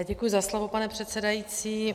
Děkuji za slovo, pane předsedající.